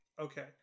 Okay